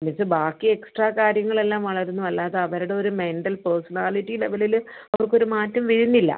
വെച്ച് ബാക്കി എക്സ്ട്രാ കാര്യങ്ങളെല്ലാം വളർന്നു അല്ലാതെ അവരുടെ ഒരു മെൻ്റൽ പേസ്ണാലിറ്റി ലെവലിൽ അവർക്കൊരു മാറ്റം വരുന്നില്ല